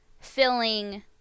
filling